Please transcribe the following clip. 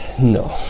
no